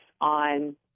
on